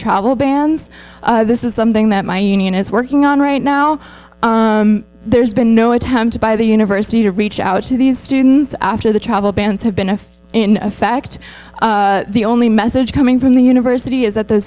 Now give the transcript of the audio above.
travel bans this is something that my union is working on right now there's been no attempt by the university to reach out to these students after the travel bans have been if in fact the only message coming from the university is that th